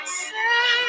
say